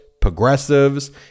progressives